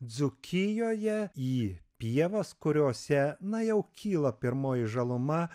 dzūkijoje į pievas kuriose na jau kyla pirmoji žaluma